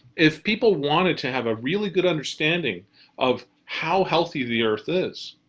if people wanted to have a really good understanding of how healthy the earth is,